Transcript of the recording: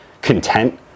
content